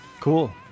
Cool